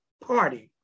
party